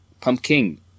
Pumpkin